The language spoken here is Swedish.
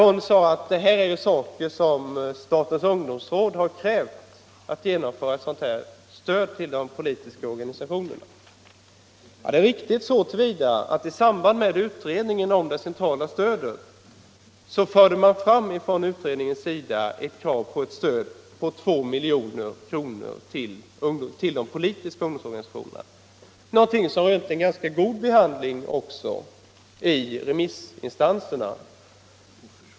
Hon sade att statens ungdomsråd har krävt att man skall genomföra ett sådant här stöd till de politiska organisationerna. Det är riktigt så till vida att i samband med utredning om det centrala stödet förde man från utredningens sida fram krav på ett stöd på 2 milj.kr. till de politiska ungdomsorganisationerna, vilket också har rönt en ganska god behandling i remissinstanserna.